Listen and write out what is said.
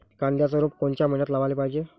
कांद्याचं रोप कोनच्या मइन्यात लावाले पायजे?